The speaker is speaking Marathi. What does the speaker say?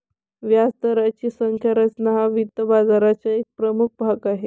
व्याजदराची संज्ञा रचना हा वित्त बाजाराचा एक प्रमुख भाग आहे